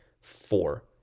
four